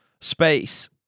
Space